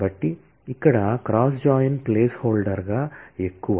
కాబట్టి ఇక్కడ cross join అనేది ఎక్కువ భాగం ప్లేస్హోల్డర్ గా ఉంటుంది